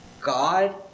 God